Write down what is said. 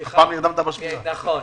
נכון.